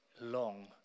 long